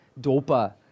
dopa